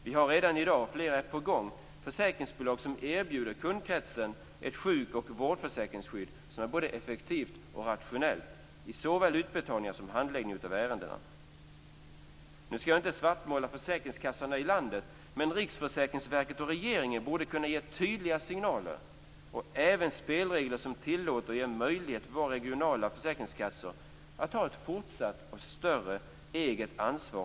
Vi har redan i dag, och flera är på gång, försäkringsbolag som erbjuder kundkretsen ett sjuk och vårdförsäkringsskydd som är både effektivt och rationellt i såväl utbetalningar som handläggning av ärendena. Nu skall jag inte svartmåla försäkringskassorna i landet, men Riksförsäkringsverket och regeringen borde kunna ge tydliga signaler och även spelregler som tillåter och ger möjlighet för våra regionala försäkringskassor att ta ett fortsatt och större eget ansvar.